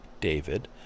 David